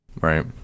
Right